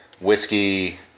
whiskey